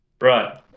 Right